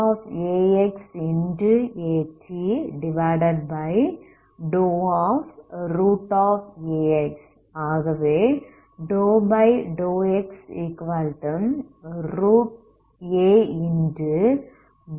ஆகவே ∂xa